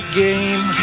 game